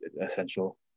essential